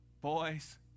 boys